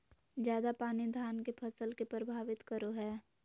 ज्यादा पानी धान के फसल के परभावित करो है?